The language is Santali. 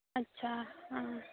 ᱟᱪᱷᱟ ᱦᱮᱸ